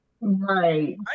Right